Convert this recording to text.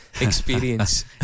experience